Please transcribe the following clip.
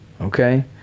okay